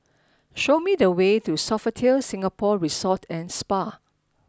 show me the way to Sofitel Singapore Resort and Spa